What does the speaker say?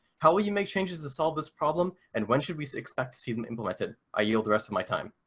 how will you make changes to solve this problem, and when should we expect to see them implemented? i yield the rest of my time.